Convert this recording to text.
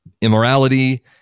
immorality